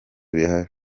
bihari